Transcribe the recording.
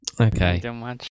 Okay